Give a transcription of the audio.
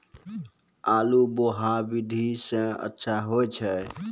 आलु बोहा विधि सै अच्छा होय छै?